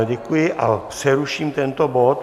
Děkuji a přeruším tento bod.